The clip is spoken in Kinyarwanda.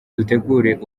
dutegura